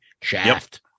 shaft